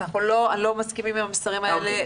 אנחנו לא מסכימים עם המסרים האלה,